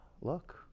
Look